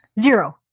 zero